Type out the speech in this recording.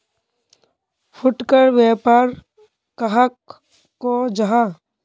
फुटकर व्यापार कहाक को जाहा?